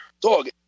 dog